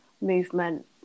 movement